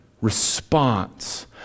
response